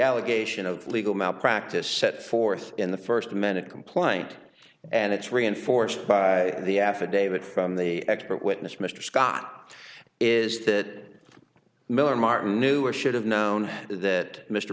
allegation of legal malpractise set forth in the first minute complaint and it's reinforced by the affidavit from the expert witness mr scott is that miller martin knew or should have known that mr